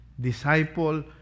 disciple